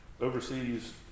overseas